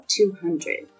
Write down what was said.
200